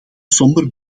somber